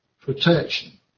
protection